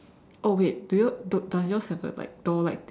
oh wait do you does yours have a like a door like thing